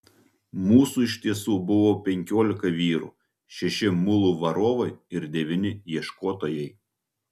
mūsų iš tiesų buvo penkiolika vyrų šeši mulų varovai ir devyni ieškotojai